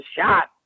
shot